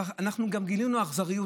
אבל אנחנו גם גילינו עוד אכזריות.